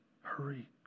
Hurry